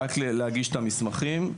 רק להגיש את המסמכים.